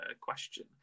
question